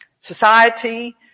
society